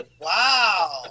Wow